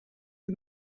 the